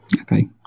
Okay